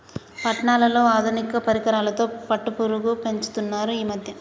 పట్నాలలో ఆధునిక పరికరాలతో పట్టుపురుగు పెంచుతున్నారు ఈ మధ్య